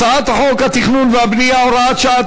הצעת חוק התכנון והבנייה (הוראת שעה),